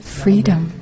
freedom